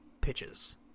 pitches